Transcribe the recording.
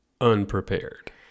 unprepared